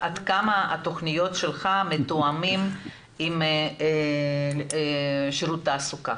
עד כמה התוכניות שלך מתואמות עם שירות התעסוקה?